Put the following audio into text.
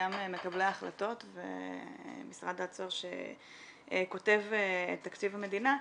גם מקבלי ההחלטות ומשרד האוצר שכותב את תקציב המדינה,